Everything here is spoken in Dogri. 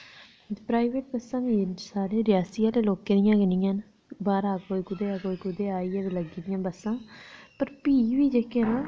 प्राईवेट बस्सां साढ़े रियासी आह्ले लोकें दियां गै निं हैन बाहरा कोई कुदेआ कोई कुदेआ आइयै लग्गी दियां बस्सां पर प्ही बी जेह्कियां न